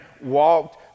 walked